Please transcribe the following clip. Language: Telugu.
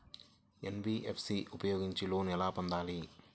ఎన్.బీ.ఎఫ్.సి ఉపయోగించి లోన్ ఎలా పొందాలి?